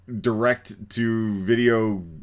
direct-to-video